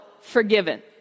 forgiven